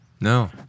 No